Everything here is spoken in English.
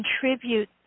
contribute